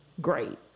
great